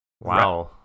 Wow